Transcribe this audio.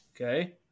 Okay